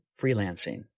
freelancing